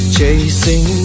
Chasing